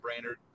Brainerd